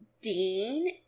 Dean